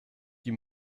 die